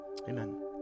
amen